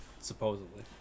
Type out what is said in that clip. Supposedly